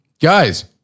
Guys